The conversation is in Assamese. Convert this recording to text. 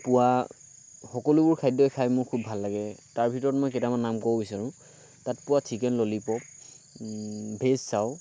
পোৱা সকলোবোৰ খাদ্যই খাই মোৰ খুব ভাল লাগে তাৰ ভিতৰত মই কেইটামান নাম ক'ব বিচাৰোঁ তাত পোৱা চিকেন ল'লি প'প ভেজ চাউ